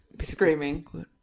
Screaming